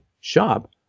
shop